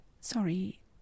Sorry